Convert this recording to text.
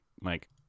Mike